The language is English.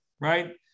right